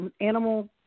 animal